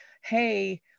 hey